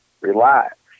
Relax